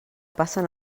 passen